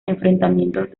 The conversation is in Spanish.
enfrentamientos